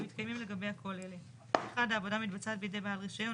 אם מתקיימים לגביה כל אלה: (1) העבודה מתבצעת בידי בעל רישיון,